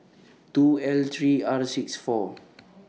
two L three R six four